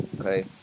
Okay